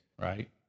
right